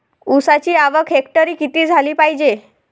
ऊसाची आवक हेक्टरी किती झाली पायजे?